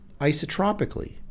isotropically